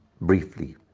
briefly